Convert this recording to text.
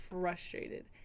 frustrated